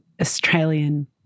Australian